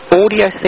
audio